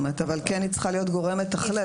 אבל היא כן צריכה להיות גורם מתכלל.